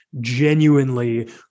genuinely